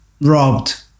robbed